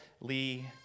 Lee